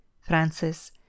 Francis